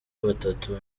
batatu